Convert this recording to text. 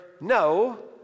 no